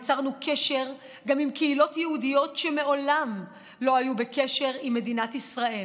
יצרנו קשר גם עם קהילות יהודיות שמעולם לא היו בקשר עם מדינת ישראל,